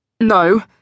No